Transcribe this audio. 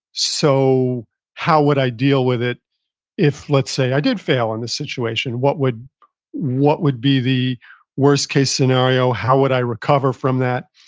so how would i deal with it if, let's say, i did fail on this situation? what would what would be the worst case scenario? how would i recover from that?